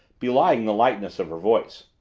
belying the lightness of her voice.